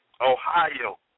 Ohio